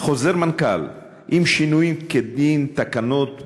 אין דין חוזר מנכ"ל עם שינויים כדין תקנות ברורות.